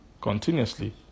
continuously